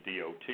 DOT